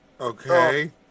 Okay